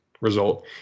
result